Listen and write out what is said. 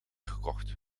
gekocht